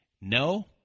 No